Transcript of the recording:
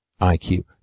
IQ